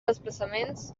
desplaçaments